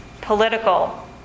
political